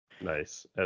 nice